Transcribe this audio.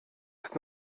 ist